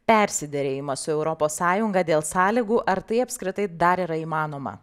persiderėjimas su europos sąjunga dėl sąlygų ar tai apskritai dar yra įmanoma